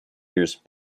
years